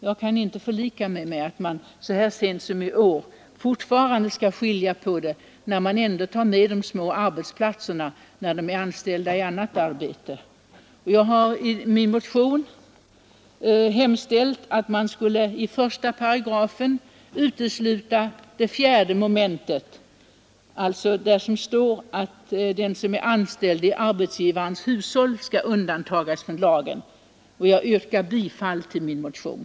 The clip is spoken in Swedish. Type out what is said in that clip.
Jag kan inte förlika mig med att man så sent som i år fortfarande skall skilja på detta, när man ändå tar med de små arbetsplatserna, där folk är anställda i annat arbete. Jag har i min motion hemställt att man skulle i I § utesluta 4 mom., där det står att den som är anställd i arbetsgivarens hushåll skall undantas från lagen. Jag yrkar bifall till min motion.